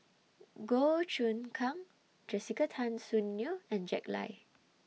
Goh Choon Kang Jessica Tan Soon Neo and Jack Lai